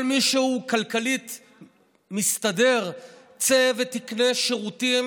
כל מי שהוא כלכלית מסתדר, צא ותקנה שירותים